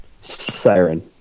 Siren